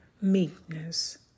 meekness